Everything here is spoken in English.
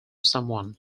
someone